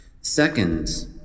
Second